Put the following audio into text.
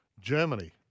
Germany